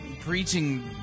preaching